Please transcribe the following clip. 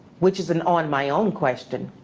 which is an on my own question.